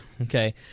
okay